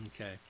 Okay